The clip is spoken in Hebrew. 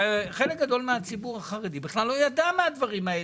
וחלק גדול מהציבור החרדי בכלל לא ידע מהדברים האלה.